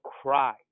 cry